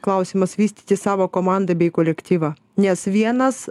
klausimas vystyti savo komandą bei kolektyvą nes vienas